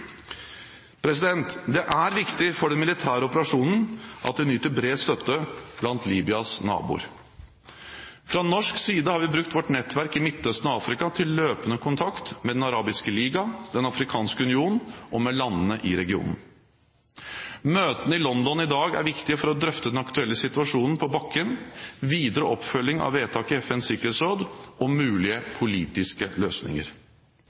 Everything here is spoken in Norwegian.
Det er viktig for den militære operasjonen at den nyter bred støtte blant Libyas naboer. Fra norsk side har vi brukt vårt nettverk i Midtøsten og Afrika til løpende kontakt med Den arabiske liga, Den afrikanske union og med landene i regionen. Møtene i London i dag er viktige for å drøfte den aktuelle situasjonen på bakken, videre oppfølging av vedtaket i FNs sikkerhetsråd og mulige politiske løsninger.